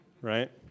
right